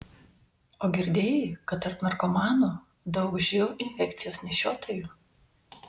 o girdėjai kad tarp narkomanų daug živ infekcijos nešiotojų